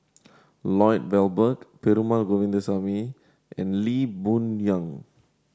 Lloyd Valberg Perumal Govindaswamy and Lee Boon Yang